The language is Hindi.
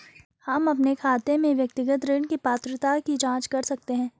हम अपने खाते में व्यक्तिगत ऋण की पात्रता की जांच कैसे कर सकते हैं?